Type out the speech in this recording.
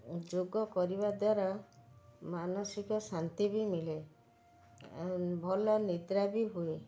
ଯୋଗ କରିବା ଦ୍ୱାରା ମାନସିକ ଶାନ୍ତି ବି ମିଳେ ଭଲ ନିଦ୍ରା ବି ହୁଏ